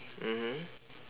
mmhmm